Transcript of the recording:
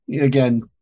again